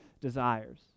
desires